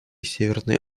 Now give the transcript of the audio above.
северной